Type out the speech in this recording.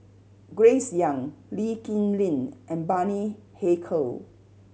Grace Young Lee Kip Lin and Bani Haykal